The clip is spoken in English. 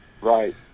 right